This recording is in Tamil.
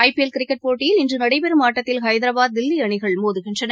ஐ பிஎல் கிரிக்கெட் போட்டியில் இன்றுநடைபெறும் ஆட்டத்திலஹைதராபாத் தில்லிஅணிகள் மோதுகின்றன